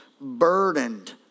burdened